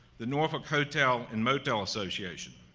the norfolk hotel and motel association,